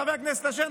חבר הכנסת אשר,